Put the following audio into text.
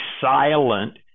silent